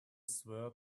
sword